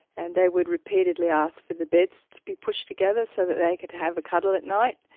and they would repeatedly asked for the beds to be pushed together so that they could have a cuddle at night,